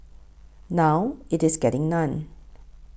now it is getting none